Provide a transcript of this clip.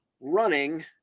running